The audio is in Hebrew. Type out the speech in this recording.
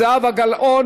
זה אנחנו.